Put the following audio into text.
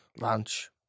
lunch